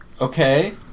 Okay